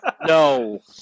No